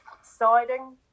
exciting